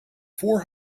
four